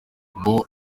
ngo